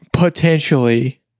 Potentially